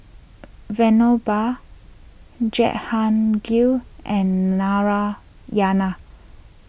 Vinoba Jehangirr and Narayana